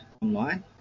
online